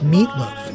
Meatloaf